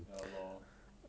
ya lor